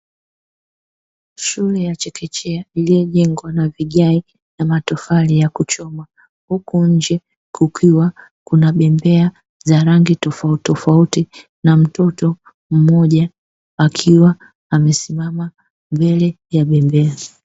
Shule ya chekechea iliyojengwa na Vigae na Matofali ya kuchoma, huku nje kukiwa kuna Bembea za rangi tofauti tofauti, na mtoto mmoja akiwa amesimama mbele ya Bembea.